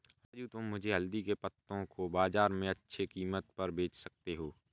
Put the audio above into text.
राजू तुम मुझे हल्दी के पत्तों को बाजार में अच्छे कीमत पर बेच सकते हो